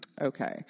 Okay